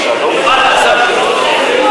עכשיו תגיד.